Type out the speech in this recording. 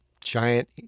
giant